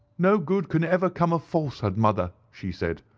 no good can ever come of falsehood, mother she said.